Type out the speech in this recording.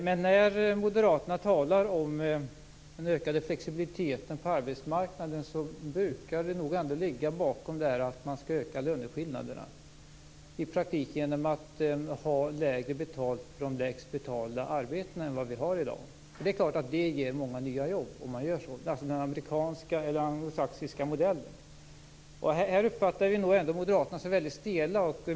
Men när moderaterna talar om den ökade flexibiliteten på arbetsmarknaden brukar det nog bakom ändå ligga att man skall öka löneskillnaderna, i praktiken genom att ha lägre betalt än vi har i dag för de lägst betalda arbetena. Det är klart att det ger många nya jobb om man gör så. Det är den anglosaxiska modellen. Här uppfattar vi moderaterna som väldigt stela.